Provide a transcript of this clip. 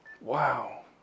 Wow